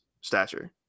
stature